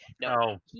No